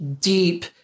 deep